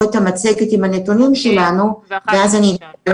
אם את מתחילה עם המדיניות אני רוצה רגע